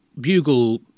bugle